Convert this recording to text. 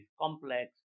complex